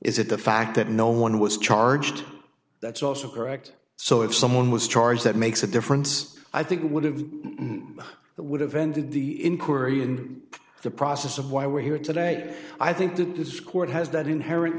is it the fact that no one was charged that's also correct so if someone was charged that makes a difference i think we would have that would have ended the inquiry and the process of why we're here today i think that this court has that inherent